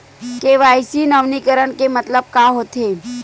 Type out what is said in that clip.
KYC नवीनीकरण के मतलब का होथे?